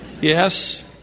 Yes